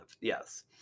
yes